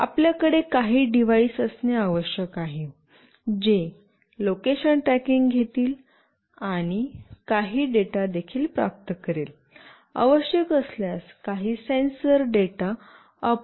आपल्याकडे काही डिव्हाइस असणे आवश्यक आहे जे लोकेशन ट्रॅकिंग घेतील आणि काही डेटा देखील प्राप्त करेल आवश्यक असल्यास काही सेन्सर डेटा अपलोड केला जाऊ शकतो